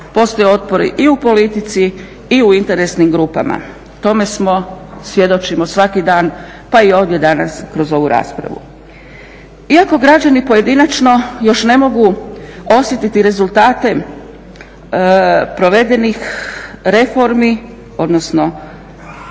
Postoje otpori i u politici i u interesnim grupama. Tome svjedočimo svaki dan pa i ovdje danas kroz ovu raspravu. Iako građani pojedinačno još ne mogu osjetiti rezultate provedenih reformi, odnosno